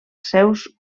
seus